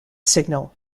signal